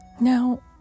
Now